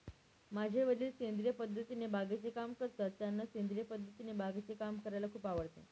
माझे वडील सेंद्रिय पद्धतीने बागेचे काम करतात, त्यांना सेंद्रिय पद्धतीने बागेचे काम करायला खूप आवडते